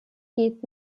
geht